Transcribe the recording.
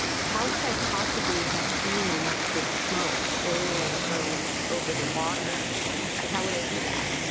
how could i possibly have seen the smoke billowing from over the water, like how would i see that.